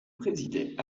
présidait